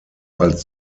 als